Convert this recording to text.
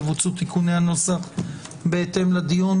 תיקוני הנוסח יבוצעו בהתאם לדיון.